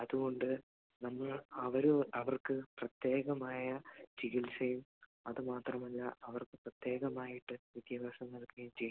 അത്കൊണ്ട് നമ്മൾ അവർ അവർക്ക് പ്രത്യേകമായ ചികിത്സയും അത് മാത്രമല്ല അവർക്ക് പ്രത്യേകമായിട്ട് വിദ്യാഭ്യാസം നൽകുകയും ചെയ്യും